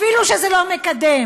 אפילו שזה לא מקדם.